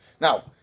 Now